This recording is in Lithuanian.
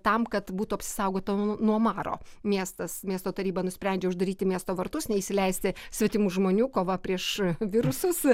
tam kad būtų apsisaugota nuo maro miestas miesto taryba nusprendžia uždaryti miesto vartus neįsileisti svetimų žmonių kova prieš virusus